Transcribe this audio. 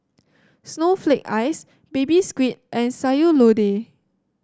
Snowflake Ice Baby Squid and Sayur Lodeh